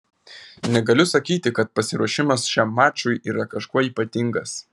negaliu sakyti kad pasiruošimas šiam mačui yra kažkuo ypatingas